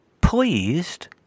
pleased